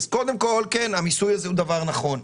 אז קודם כול, כן, המיסוי הזה הוא דבר נכון.